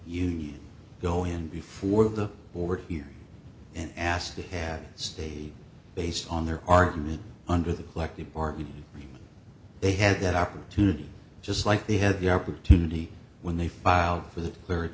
union go in before the board here and asked to have a state based on their argument under the collective bargaining agreement they had that opportunity just like they had the opportunity when they filed for the third